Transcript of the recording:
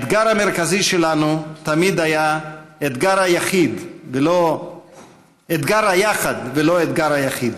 האתגר המרכזי שלנו תמיד היה אתגר ה"יחד" ולא אתגר היחיד.